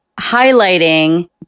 highlighting